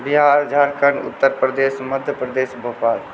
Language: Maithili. बिहार झारखण्ड उत्तरप्रदेश मध्यप्रदेश भोपाल